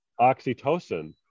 oxytocin